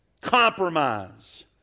Compromise